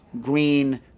green